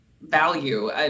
value